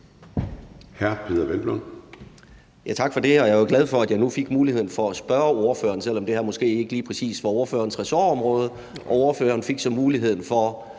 Tak for det. Jeg er glad for, at jeg nu fik muligheden for at spørge ordføreren, selv om det her måske ikke lige præcis er ordførerens ressortområde, og ordføreren fik så muligheden for